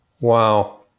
Wow